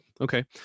okay